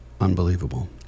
Unbelievable